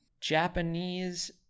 Japanese